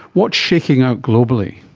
what's shaking out globally?